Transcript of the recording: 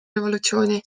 revolutsiooni